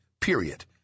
Period